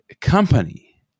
company